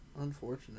Unfortunate